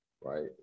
right